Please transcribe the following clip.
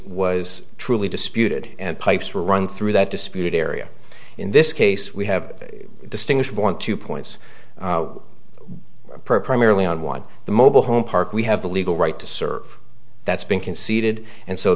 was truly disputed and pipes were run through that disputed area in this case we have a distinguished point two points primarily on one the mobile home park we have the legal right to serve that's been conceded and so